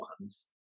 ones